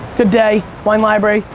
good day. wine library.